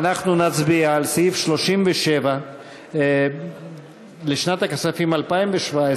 אנחנו נצביע על סעיף 37 לשנת הכספים 2017,